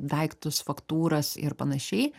daiktus faktūras ir panašiai